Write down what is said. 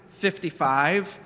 55